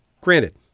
granted